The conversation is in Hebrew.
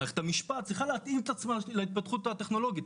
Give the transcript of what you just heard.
מערכת המשפט להתפתחות הטכנולוגית.